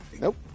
Nope